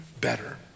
better